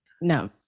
no